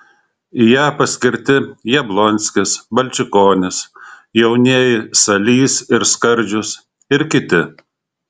į ją paskirti jablonskis balčikonis jaunieji salys ir skardžius ir kiti